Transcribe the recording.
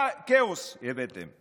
כאוס הבאתם.